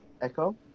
Echo